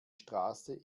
straße